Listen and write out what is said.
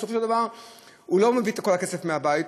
בסופו של דבר הוא לא מביא את כל הכסף מהבית,